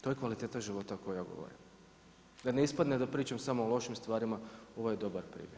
To je kvaliteta života o kojoj ja govorim, da ne ispadne da pričam samo o lošim stvarima ovo je dobar primjer.